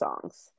songs